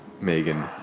Megan